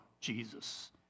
Jesus